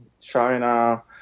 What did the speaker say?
China